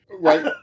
Right